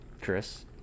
Chris